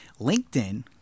LinkedIn